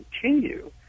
continue